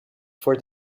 for